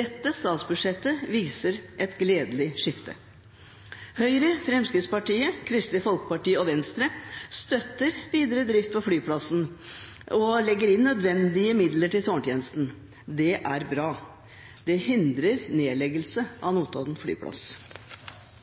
Dette statsbudsjettet viser et gledelig skifte. Høyre, Fremskrittspartiet, Kristelig Folkeparti og Venstre støtter videre drift på flyplassen og legger inn nødvendige midler til tårntjenesten. Det er bra. Det hindrer nedleggelse